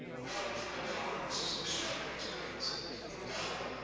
well before dawn, this is an extraordinary experience, and indelible.